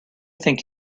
think